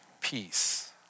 peace